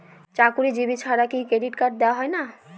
চাকুরীজীবি ছাড়া কি ক্রেডিট কার্ড দেওয়া হয় না?